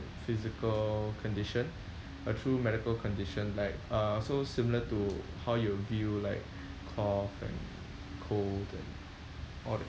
physical condition a true medical condition like uh so similar to how you view like cough and cold and all that